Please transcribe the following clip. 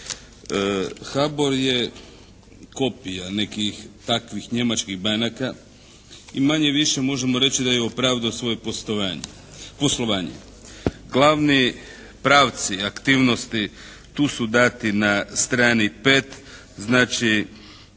HBOR je kopija nekih takvih njemačkih banaka i manje-više možemo reći da je opravdao svoje poslovanje. Glavni pravci aktivnosti tu su dati na strani 5. Znači